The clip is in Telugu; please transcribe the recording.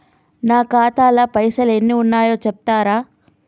నా ఖాతా లా పైసల్ ఎన్ని ఉన్నాయో చెప్తరా?